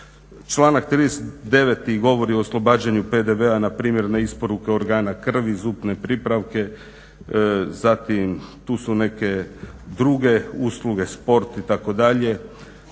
Članak 39.-ti govori o oslobađanju PDV-a na primjer na isporuke organa, krvi, zubne pripravke, zatim tu su neke druge usluge, sport itd..